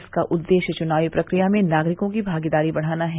इसका उद्देश्य चुनावी प्रक्रिया में नागरिकों की भागीदारी बढ़ाना है